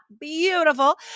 Beautiful